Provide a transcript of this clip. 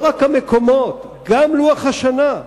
לא רק המקומות, גם לוח השנה.